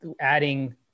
adding